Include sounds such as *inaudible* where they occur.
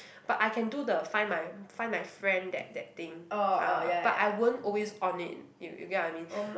but I can do the Find My Find My Friend that that thing ah but I won't always on it you you get what I mean *breath*